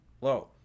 low